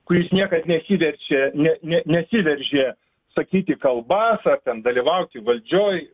kuris niekad nesiveržė ne ne nesiveržė sakyti kalbas ar ten dalyvauti valdžioj